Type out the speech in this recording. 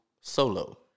solo